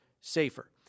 safer